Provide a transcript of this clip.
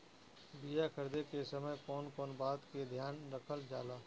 बीया खरीदे के समय कौन कौन बात के ध्यान रखल जाला?